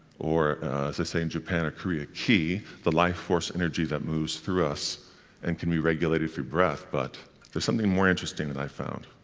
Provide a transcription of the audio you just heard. or as they say in japan, kriya ki, the life force energy that moves through us and can be regulated through breath but there's something more interesting that i found.